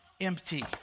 empty